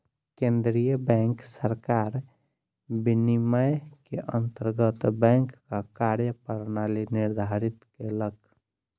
केंद्रीय बैंक सरकार विनियम के अंतर्गत बैंकक कार्य प्रणाली निर्धारित केलक